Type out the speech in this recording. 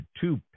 two